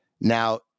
now